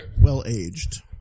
Well-aged